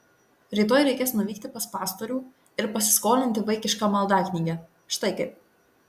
rytoj reikės nuvykti pas pastorių ir pasiskolinti vaikišką maldaknygę štai kaip